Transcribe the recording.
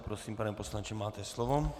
Prosím, pane poslanče, máte slovo.